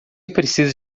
precisa